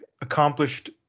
accomplished